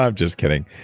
ah just kidding.